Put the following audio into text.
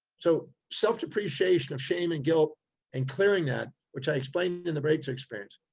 so self depreciation of shame and guilt and clearing that, which i explained in the breakthrough experience,